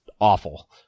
awful